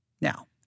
Now